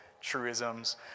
truisms